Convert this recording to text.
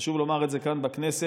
וחשוב לומר את זה כאן בכנסת: